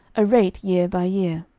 a rate year by year.